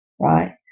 right